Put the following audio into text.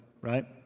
right